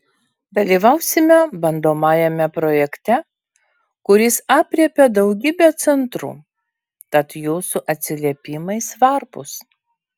dalyvausime bandomajame projekte kuris aprėpia daugybę centrų tad jūsų atsiliepimai svarbūs